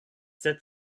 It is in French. sept